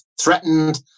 threatened